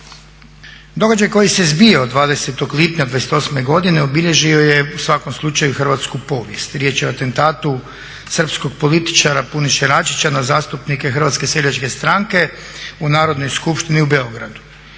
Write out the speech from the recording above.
Događaj koji se zbio 20.lipnja 1928.godine obilježio je u svakom slučaju hrvatsku povijest. Riječ je o atentatu srpskog političara Puniše Račića na zastupnike Hrvatske seljačke stranke u Narodnoj skupštini u Beogradu.